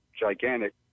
gigantic